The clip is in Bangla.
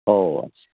ও আচ্ছা